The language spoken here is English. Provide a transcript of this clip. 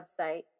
website